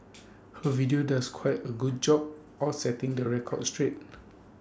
her video does quite A good job of setting the record straight